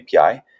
API